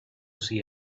see